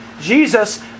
Jesus